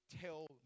tell